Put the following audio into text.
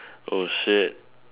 oh shit